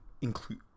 include